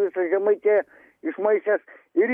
visą žemaitiją išmaišęs ir